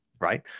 right